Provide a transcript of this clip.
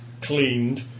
cleaned